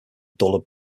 duller